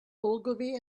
ogilvy